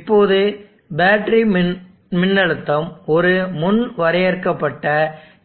இப்போது பேட்டரி மின்னழுத்தம் ஒரு முன் வரையறுக்கப்பட்ட